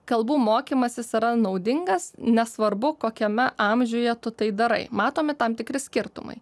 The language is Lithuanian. kalbų mokymasis yra naudingas nesvarbu kokiame amžiuje tu tai darai matomi tam tikri skirtumai